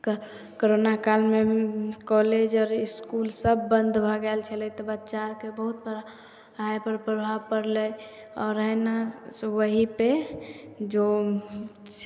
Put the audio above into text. क कोरोना कालमे कॉलेज आर इसकूल सब बन्द भऽ गेल छलै तऽ बच्चाके बहुत पढ़ाइ पर प्रभाब परलै आओर एना ओही पे जो